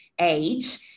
age